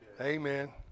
Amen